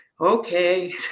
okay